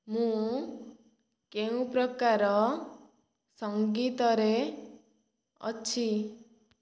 ମୁଁ କେଉଁ ପ୍ରକାର ସଙ୍ଗୀତରେ ଅଛି